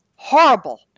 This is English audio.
Horrible